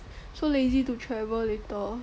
so lazy to travel later